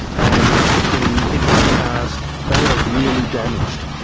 and getting hit by cars they are really damaged,